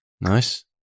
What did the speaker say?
nice